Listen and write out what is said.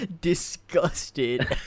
disgusted